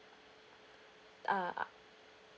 uh uh